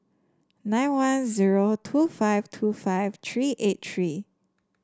nine one zero two five two five three eight three